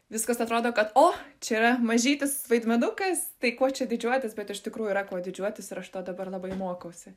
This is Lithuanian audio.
viskas atrodo kad o čia yra mažytis vaidmenukas tai kuo čia didžiuotis bet iš tikrųjų yra kuo didžiuotis ia aš to dabar labai mokausi